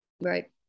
Right